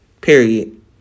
Period